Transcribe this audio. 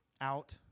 out